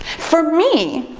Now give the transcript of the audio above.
for me,